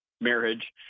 marriage